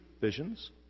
visions